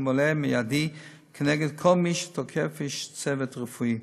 מלא ומיידי כנגד כל מי שתוקף איש צוות רפואי.